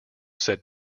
said